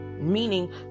meaning